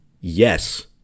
yes